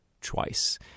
twice